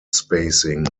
spacing